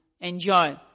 enjoy